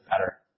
better